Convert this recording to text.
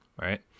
right